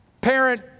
Parent